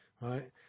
right